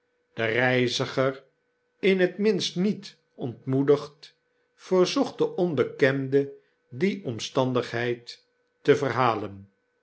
de reiziger in t minst niet ontmoedigd verzocht den onbekende die omstandigheid te verhalen